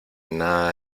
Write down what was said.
nada